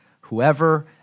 whoever